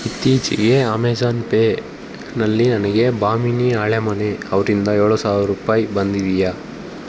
ಇತ್ತೀಚೆಗೆ ಅಮೇಜಾನ್ ಪೇನಲ್ಲಿ ನನಗೆ ಭಾಮಿನಿ ಹಳೆಮನಿ ಅವರಿಂದ ಏಳು ಸಾವಿರ ರೂಪಾಯಿ ಬಂದಿದೆಯಾ